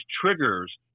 triggers